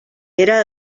era